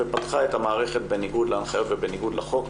ופתחה את המערכת בניגוד להנחיות ובניגוד לחוק,